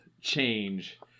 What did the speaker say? change